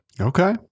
Okay